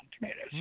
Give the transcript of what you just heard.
Tomatoes